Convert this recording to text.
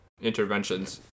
interventions